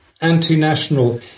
anti-national